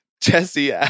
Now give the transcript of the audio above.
Jesse